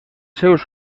seus